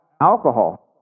alcohol